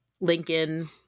Lincoln